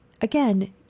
Again